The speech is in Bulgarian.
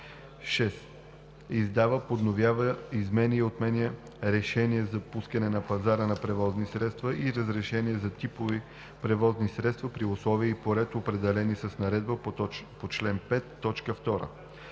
6. издава, подновява, изменя и отнема разрешения за пускане на пазара на превозни средства и разрешения за типове превозни средства при условия и по ред, определени с наредбата по чл. 5,